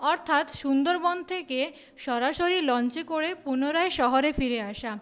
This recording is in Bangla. অর্থাৎ সুন্দরবন থেকে সরাসরি লঞ্চে করে পুনরায় শহরে ফিরে আসা